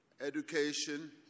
education